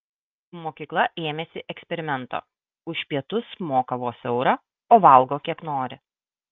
mokykla ėmėsi eksperimento už pietus moka vos eurą o valgo kiek nori